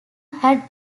had